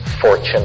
fortune